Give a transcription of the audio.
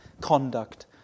conduct